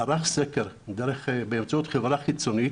ערך סקר באמצעות חברה חיצונית